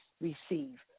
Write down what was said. receive